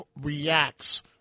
reacts